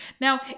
Now